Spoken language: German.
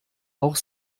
auch